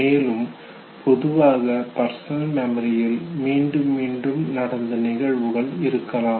மேலும் பொதுவாக பர்சனல் மெமரியில் மீண்டும் மீண்டும் நடந்த நிகழ்வுகள் இருக்கலாம்